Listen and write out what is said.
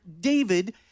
David